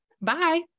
Bye